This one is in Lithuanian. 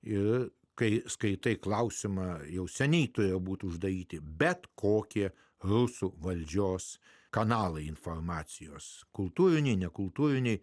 ir kai skaitai klausimą jau seniai turėjo būti uždaryti bet kokie rusų valdžios kanalai informacijos kultūriniai nekultūriniai